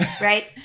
Right